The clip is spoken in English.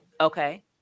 Okay